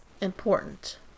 important